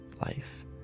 life